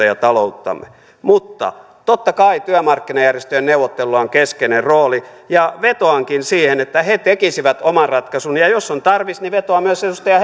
ja talouttamme mutta totta kai työmarkkinajärjestöjen neuvotteluilla on keskeinen rooli ja vetoankin siihen että he tekisivät oman ratkaisunsa ja jos on tarvis niin vetoan myös edustaja